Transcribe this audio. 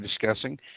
discussing